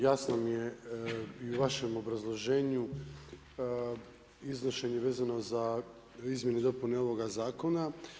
Jasno mi je i u vašem obrazloženju, iznošenje vezano za izmjene i dopune ovoga zakona.